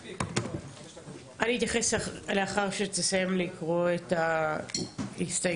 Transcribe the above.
אני אתייחס לאחר שתסיים לקרוא את ההסתייגויות.